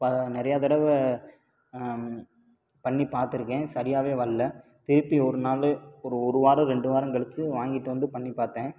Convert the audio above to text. நிறையா தடவை பண்ணி பாத்திருக்கேன் சரியாகவே வரல திருப்பி ஒரு நாள் ஒரு ஒரு வாரம் ரெண்டு வாரம் கழிச்சி வாங்கிட்டு வந்து பண்ணி பார்த்தேன்